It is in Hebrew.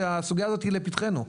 שהסוגיה הזאת היא לפתחנו.